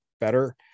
better